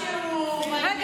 נראה לי שהוא בעניינים.